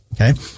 okay